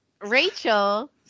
Rachel